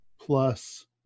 plus